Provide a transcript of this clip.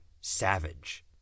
savage